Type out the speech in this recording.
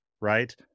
right